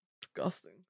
Disgusting